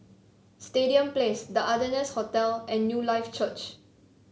Stadium Place The Ardennes Hotel and Newlife Church